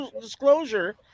disclosure